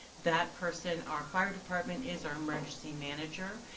that person, our fire department, is our emergency manager.